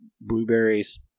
blueberries